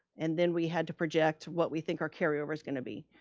and then we had to project what we think our carryover is going to be.